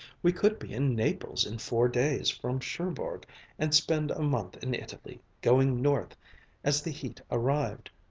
we could be in naples in four days from cherbourg and spend a month in italy, going north as the heat arrived.